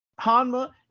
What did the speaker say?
Hanma